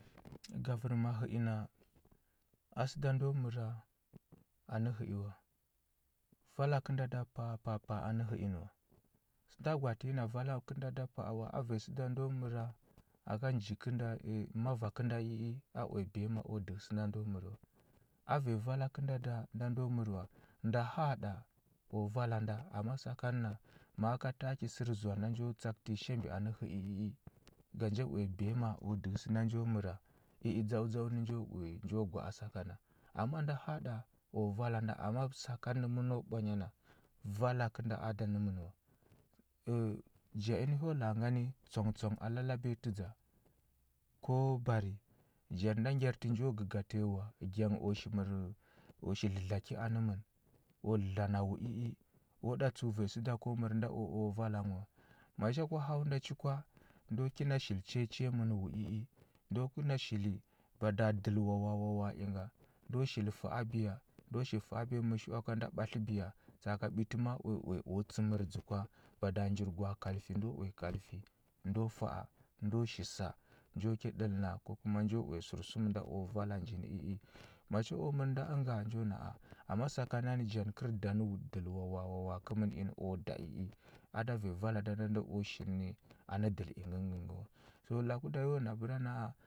Gavərma hə i na a səda ndu məra, anə hə i wa. Vala kənda da pa a pa a pa a anə hə i nə wa. Sənda gwaatə yi a vala kənda da pa a wa, a vanyi səda ndo məra aka njikə nda i mava kənda i i a uya biyama u dəhə sənda ndo mər wa. A vanyi vala kənda da nda ndo mər wa. Nda haaɗa u vala nda ama sakan na ma a ka taki sər zoa na njo tsakətə yi shambi anə hə i i i ga nja uya biyama u dəhə sənda nju məra i i dzau dzau nə nju uye nju gwa a sakana. Amma nda haaɗa, amma sakanə məno ɓwanya na, vala kənda a da nə mən wa. Ə ja inə hyo la a ngani tswangtswang a lalabiyatə dza. Ko bari janə nda ngyartə njo gəga tanyi wua, gyang u shi mər u shiu dlədla ki anə mən, u dlana wu i i, u ɗa tsəu vanyi səda da ko mər nda u u vala nghə wa. Macha kwa hau nda chi kwa, ndo kina shil chiya chiya mən wu i i. Ndo kina shili, bada dəl wawa a wawa a inga ndo shili fa abiya, ndo fa abiya mishishiwa ka nda ɓatləbiya. tsa aka ɓiti a a u uye u tsəmərdzə kwa. Bada njir gwaa kalfi ndo uya kalfi, ndo fa a ndu shi sa nju ki ɗəlna ko kuma nju uya sərsum nda u vala nji nə i i. Macha u mər nda ənga, njo na ah, amma sakan nani janə kəl da nə dəl wawa a wawa a u da i i. A da vanya vala da nda ndo shili i anə dəl ingə ngə ngə wa. To laku da nda yo na bəra na a